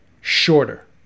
shorter